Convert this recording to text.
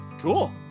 Cool